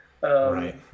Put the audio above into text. Right